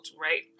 right